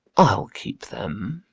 i'll keep them.